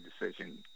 decision